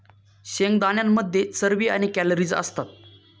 शेंगदाण्यांमध्ये चरबी आणि कॅलरीज असतात